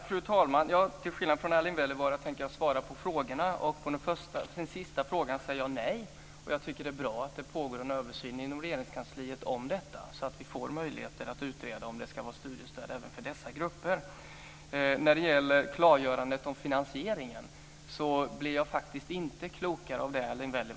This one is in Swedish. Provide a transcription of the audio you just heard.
Fru talman! Till skillnad från Erling Wälivaara tänker jag svara på frågorna. På den sista frågan svarar jag nej. Jag tycker att det är bra att det pågår en översyn inom Regeringskansliet om detta så att vi får möjligheter att utreda om det ska vara studiestöd även för dessa grupper. När det gäller klargörandet om finansieringen blir jag faktiskt inte klokare av det Erling Wälivaara säger.